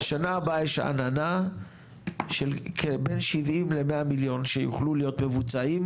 בשנה הבאה יש עננה בין 70-100 מיליון שיוכלו להיות מבוצעים